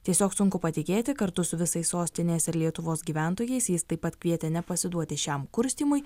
tiesiog sunku patikėti kartu su visai sostinės ir lietuvos gyventojais jis taip pat kvietė nepasiduoti šiam kurstymui